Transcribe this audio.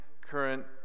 current